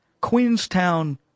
Queenstown